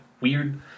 weird